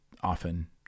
often